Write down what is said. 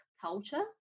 culture